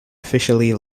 officially